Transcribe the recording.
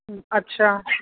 अच्छा